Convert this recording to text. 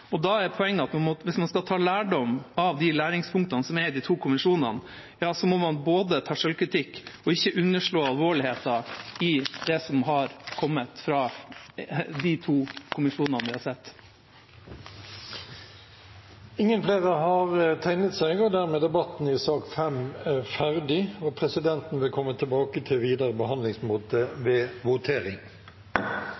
Da er poenget at hvis man skal ta lærdom av læringspunktene fra de to kommisjonene, må man både ta selvkritikk og ikke underslå alvorligheten i det som har kommet fra de to kommisjonene. Dermed er debatten om redegjørelsen ferdig. Presidenten vil komme tilbake til videre behandlingsmåte ved votering. Etter ønske fra kommunal- og forvaltningskomiteen vil presidenten ordne debatten slik: 3 minutter til hver partigruppe og 3 minutter til medlemmer av regjeringen. Videre